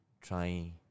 Try